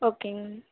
ஓகேங்க மேம்